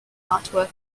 artwork